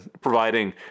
providing